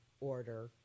order